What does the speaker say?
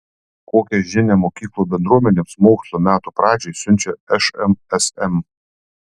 kokią žinią mokyklų bendruomenėms mokslo metų pradžiai siunčia šmsm